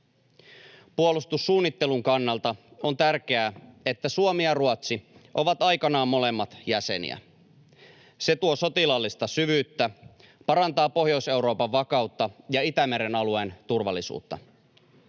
Puolustussuunnittelun kannalta on tärkeää, että Suomi ja Ruotsi ovat aikanaan molemmat jäseniä. Se tuo sotilaallista syvyyttä, parantaa Pohjois-Euroopan vakautta ja Itämeren alueen turvallisuutta.